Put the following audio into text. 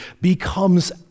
becomes